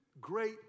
great